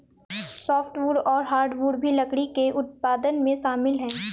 softwood और hardwood भी लकड़ी के उत्पादन में शामिल है